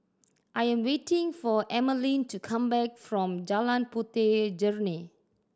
I am waiting for Emmaline to come back from Jalan Puteh Jerneh